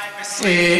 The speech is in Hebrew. ב-2020.